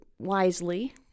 wisely